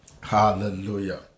Hallelujah